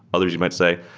others you might say,